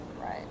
right